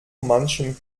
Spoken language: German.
manchem